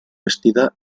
vestida